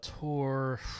tour